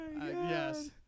Yes